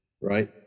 right